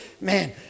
man